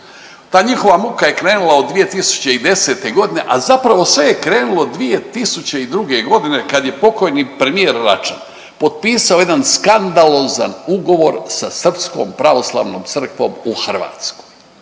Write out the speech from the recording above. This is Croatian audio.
Ta njihova muka je krenula od 2010. g., a zapravo sve je krenulo 2002. g. kad je pokojni premijer Račan potpisao jedan skandalozan ugovor sa Srpskom pravoslavnom Crkvom u Hrvatskoj.